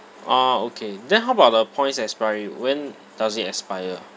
orh okay then how about the points expiry when does it expire